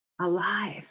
alive